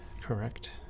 correct